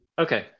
Okay